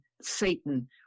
Satan